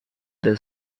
their